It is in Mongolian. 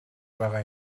байгаа